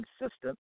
consistent